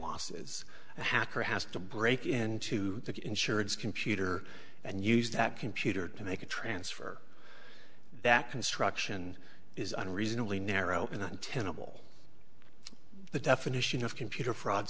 losses a hacker has to break into the insurance computer and use that computer to make a transfer that construction is unreasonably narrow and untenable the definition of computer fraud